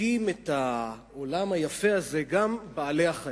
חולקים את העולם היפה הזה גם בעלי-החיים.